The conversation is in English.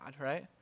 right